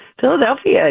Philadelphia